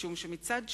משום שמצד שני,